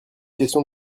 question